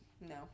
No